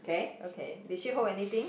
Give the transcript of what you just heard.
okay did she hold anything